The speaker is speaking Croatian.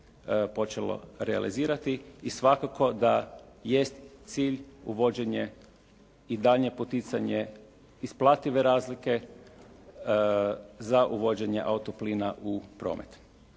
počelo realizirati i svakako da jest cilj uvođenje i daljnje poticanje isplative razlike za uvođenje auto plina u promet.